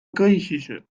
griechische